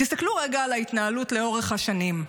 תסתכלו רגע על ההתנהלות לאורך השנים,